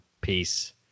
Peace